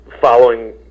following